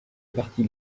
parti